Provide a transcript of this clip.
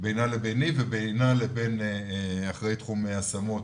בינה לביני ובינה לבין אחראית תחום השמות,